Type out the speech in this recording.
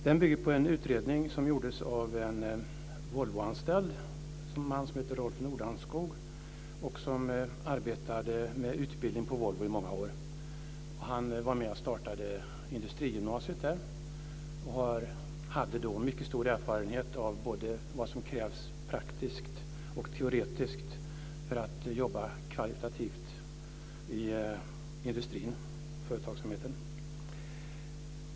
Den bygger på en utredning som gjordes av en Volvoanställd, en man som heter Rolf Nordanskog. Han arbetade med utbildning på Volvo under många år. Han var med och startade industrigymnasiet där och hade då mycket stor erfarenhet av vad som krävs både praktiskt och teoretiskt för att jobba kvalitativt i industrin och företagsamheten.